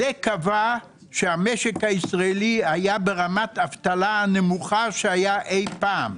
זה קבע שהמשק הישראלי היה ברמת אבטלה נמוכה שהיה אי פעם.